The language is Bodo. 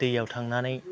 दैयाव थांनानै